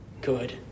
good